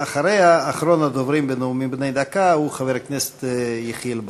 אחרון הדוברים בנאומים בני דקה הוא חבר הכנסת יחיאל בר.